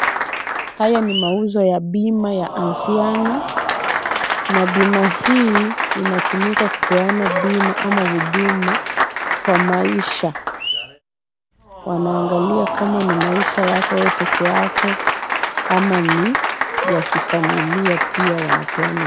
Haya ni mauzo ya bima ya Anziano na bima hii inatumika kupeana bima ama huduma kwa maisha. Wanaangalia kama ni maisha yako wewe peke yako ama ni ya kifamilia pia wanapeana huduma.